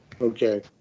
Okay